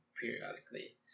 periodically